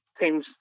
teams